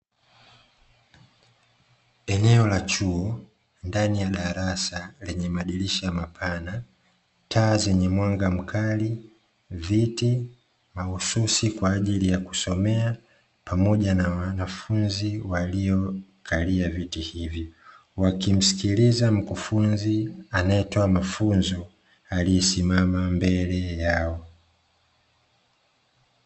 Eneo la chuo ndani ya darasa lenye madirisha mapana, taa zenye mwanga mkali, viti mahususi kwa ajili ya kusomea pamoja na wanafunzi waliokalia viti hivyo wakimsikiliza mkufunzi anayetoa mafunzo aliyesimama mbele yao.